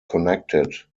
connected